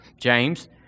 James